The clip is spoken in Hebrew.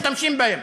משתמשים בהם.